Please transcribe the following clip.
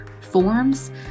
forms